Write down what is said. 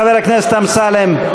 חבר הכנסת אמסלם.